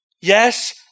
Yes